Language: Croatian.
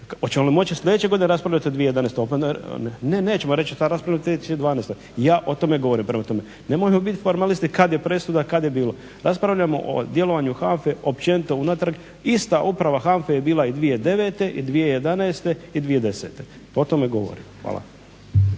Hoćemo li moći sljedeće godine raspravljati o 2011.? Ne nećemo, reći će ta rasprava će teći u 2012. Ja o tome govorim. Prema tome, nemojmo biti formalisti kad je presuda, kad je bilo. Raspravljamo o djelovanju HANFA-e općenito unatrag. Ista uprava HANFA-e je bila i 2009. i 2011. i 2010. O tome govorim. Hvala.